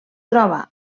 troba